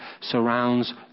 surrounds